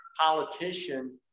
politician